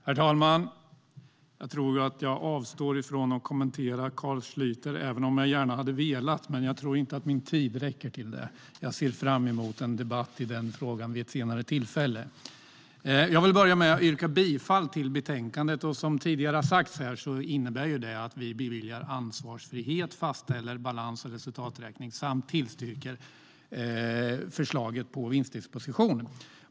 Herr talman! Jag tror att jag avstår från att kommentera Carl Schlyter. Även om jag gärna skulle vilja tror jag inte att min tid räcker till för det. Jag ser fram emot en debatt i den frågan vid ett senare tillfälle. Jag vill börja med att yrka bifall till förslaget i betänkandet. Som sagts här tidigare innebär det att vi beviljar ansvarsfrihet, fastställer balans och resultaträkning samt tillstyrker förslaget till vinstdisposition.